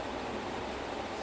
oh that's sucks